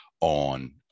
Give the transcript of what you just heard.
on